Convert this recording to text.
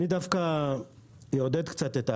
אני דווקא יעודד קצת את אבי,